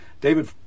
David